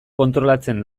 kontrolatzen